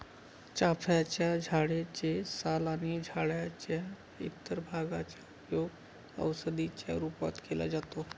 चाफ्याच्या झाडे चे साल आणि झाडाच्या इतर भागांचा उपयोग औषधी च्या रूपात केला जातो